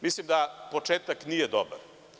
Mislim da početak nije dobar.